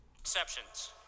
Exceptions